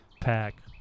Pack